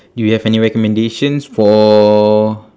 do you have any recommendations for